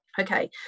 okay